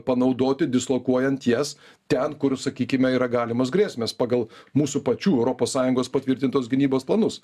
panaudoti dislokuojant jas ten kur sakykime yra galimos grėsmės pagal mūsų pačių europos sąjungos patvirtintos gynybos planus